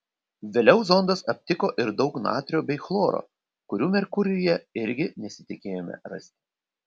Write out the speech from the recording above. vėliau zondas aptiko ir daug natrio bei chloro kurių merkurijuje irgi nesitikėjome rasti